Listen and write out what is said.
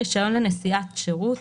"רישיון לנסיעת שירות",